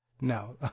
No